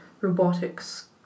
robotics